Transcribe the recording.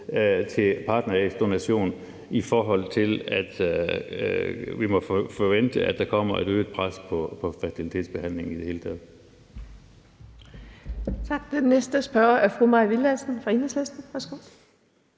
til partnerægdonation, altså i forhold til at vi må forvente, at der kommer et øget pres på fertilitetsbehandlingen i det hele taget.